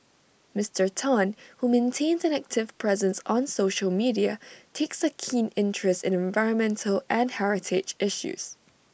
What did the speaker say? Mister Tan who maintains an active presence on social media takes A keen interest in environmental and heritage issues